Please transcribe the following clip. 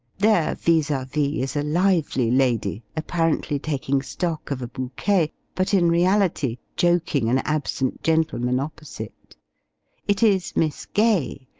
their vis-a-vis is a lively lady, apparently taking stock of a bouquet, but, in reality, joking an absent gentleman, opposite it is miss gay,